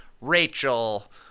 Rachel